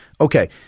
Okay